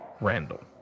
Randall